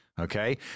Okay